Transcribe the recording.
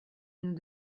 nous